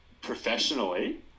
Professionally